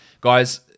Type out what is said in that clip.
guys